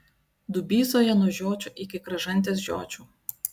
dubysoje nuo žiočių iki kražantės žiočių